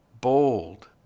bold